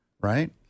Right